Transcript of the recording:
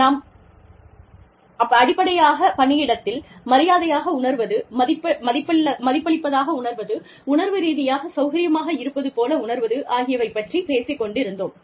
நாம் அடிப்படையாக பணியிடத்தில் மரியாதையாக உணர்வது மதிப்பளிப்பதாக உணர்வது உணர்வு ரீதியாகச் சௌகரியமாக இருப்பது போல உணர்வது ஆகியவை பற்றி பேசிக் கொண்டிருந்தோம்